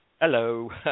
hello